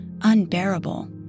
unbearable